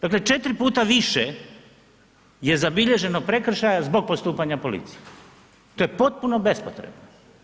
Dakle 4x više je zabilježeno prekršaja zbog postupanja policije, to je potpuno bespotrebno.